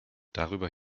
darüber